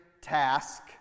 task